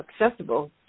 accessible